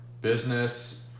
business